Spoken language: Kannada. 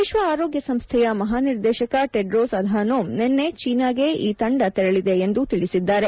ವಿಶ್ವ ಆರೋಗ್ಲ ಸಂಸ್ಥೆಯ ಮಹಾನಿರ್ದೇಶಕ ಟಿಡ್ರೋಸ್ ಆಧಾನೋಮ್ ನಿನ್ನೆ ಚೀನಾಗೆ ಈ ತಂಡ ತೆರಳಿದೆ ಎಂದು ತಿಳಿಸಿದ್ದಾರೆ